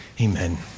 Amen